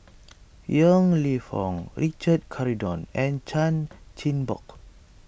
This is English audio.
Yong Lew Foong Richard Corridon and Chan Chin Bock